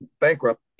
bankrupt